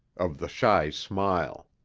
of the shy smile.